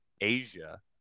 Asia